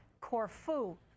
Corfu